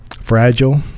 fragile